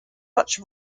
such